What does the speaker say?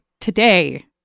today